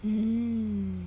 mm